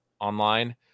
online